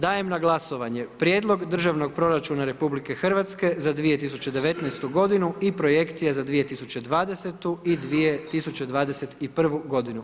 Dajem na glasovanje Prijedlog Državnog proračuna RH za 2019. godinu i Projekcije za 2020. i 2021. godinu.